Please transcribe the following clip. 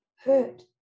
hurt